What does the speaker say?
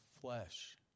flesh